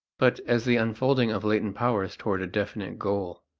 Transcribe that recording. but as the unfolding of latent powers toward a definite goal.